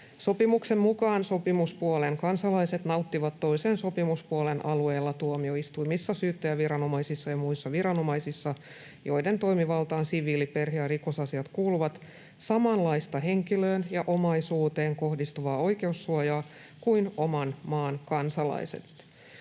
Sopimuksen mukaan sopimuspuolen kansalaiset nauttivat toisen sopimuspuolen alueella tuomioistuimissa, syyttäjäviranomaisissa ja muissa viranomaisissa, joiden toimivaltaan siviili-, perhe- ja rikosasiat kuuluvat, samanlaista henkilöön ja omaisuuteen kohdistuvaa oikeussuojaa kuin oman maan kansalaiset.